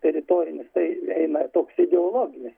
teritorinis tai eina toks ideologinis